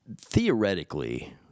theoretically